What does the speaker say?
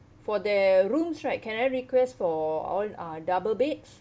for the rooms right can I request for all are double beds